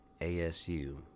ASU